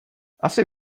asi